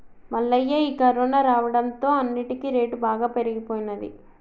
మల్లయ్య ఈ కరోనా రావడంతో అన్నిటికీ రేటు బాగా పెరిగిపోయినది